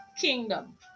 kingdom